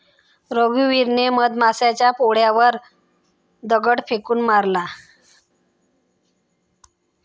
रघुवीरने मधमाशांच्या पोळ्यावर दगड फेकून मारला